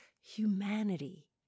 humanity